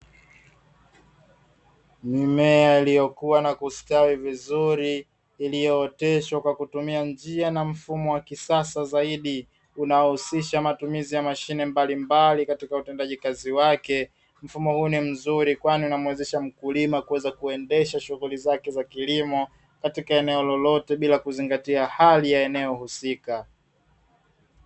Mimea iliyokua na kustawi vizuri iliyooteshwa kwa kutumia njia na mfumo wa kisasa zaidi unaohusisha matumizi ya mashine mbali mbali katika utendaji kazi wake, mfumo huu ni mzuri kwani unamuwezesha mkulima kuweza kuendesha shughuli zake za kilimo katika eneo lolote bila kuzingatia hali ya eneo husika.